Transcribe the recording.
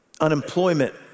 unemployment